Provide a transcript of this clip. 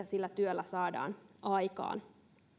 sillä työllä saadaan aikaan